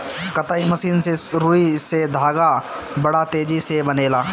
कताई मशीन से रुई से धागा बड़ा तेजी से बनेला